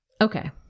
Okay